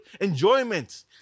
enjoyment